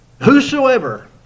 Whosoever